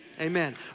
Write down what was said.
Amen